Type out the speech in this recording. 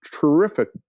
terrific